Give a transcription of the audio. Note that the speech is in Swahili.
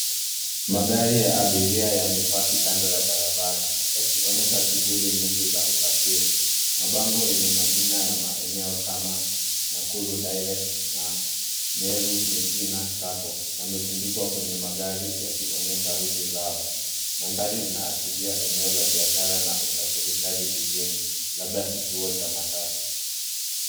Magari ya abiria yamepaki kando ya barabara yakionyesha shughuli nyingi za usafiri. Mabango yenye majina ya maeneo kama Nakuru direct na Meru Mekina Sacco, yametundikwa kwenye magari yakionyesha route zao. Mandhari inaashiria eneo la biashara na usafirishaji jijini, labda kituo cha matatu.